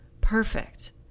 perfect